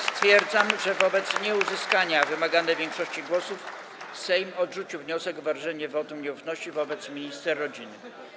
Stwierdzam, że wobec nieuzyskania wymaganej większości głosów Sejm odrzucił wniosek o wyrażenie wotum nieufności wobec minister rodziny.